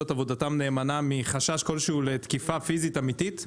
את עבודתם נאמנה מחשש כלשהו לתקיפה פיזית אמיתית.